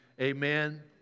amen